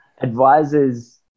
advisors